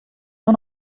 nur